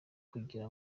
kugira